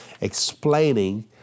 explaining